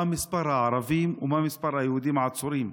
מספר הערבים ומה מספר היהודים העצורים.